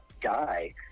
die